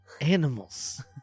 animals